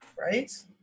right